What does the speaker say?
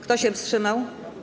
Kto się wstrzymał?